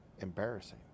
embarrassing